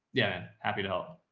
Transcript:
yeah. happy to help.